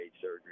surgery